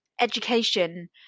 education